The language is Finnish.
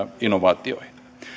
innovaatioihin